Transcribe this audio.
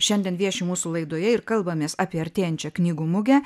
šiandien vieši mūsų laidoje ir kalbamės apie artėjančią knygų mugę